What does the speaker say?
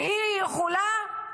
שהיא יכולה,